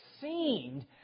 seemed